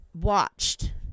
watched